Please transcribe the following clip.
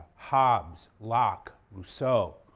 hobbes, locke, rousseau,